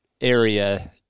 area